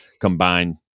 combined